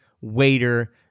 waiter